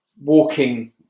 walking